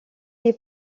les